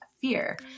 fear